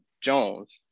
Jones